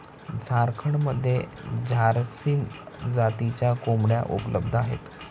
झारखंडमध्ये झारसीम जातीच्या कोंबड्या उपलब्ध आहेत